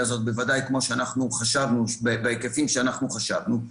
הטכנולוגיה הזאת, בוודאי לא בהיקפים שאנחנו חשבנו.